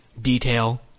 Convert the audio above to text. detail